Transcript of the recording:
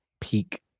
peak